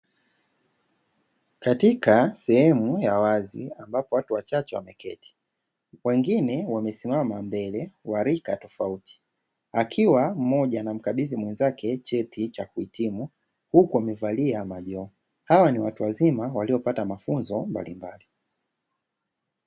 Katika sehemu ya wazi ambapo watu wachache wameketi wengine wamesimama mbele wa rika tofauti akiwa mmoja anamkabidhi mwenzake cheti cha kuhitimu, huku wamevalia majoho, hawa ni watu wazima waliopata mafunzo mbalimbali.